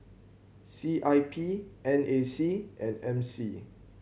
C I P N A C and M C